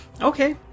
okay